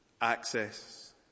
access